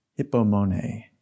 Hippomone